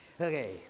Okay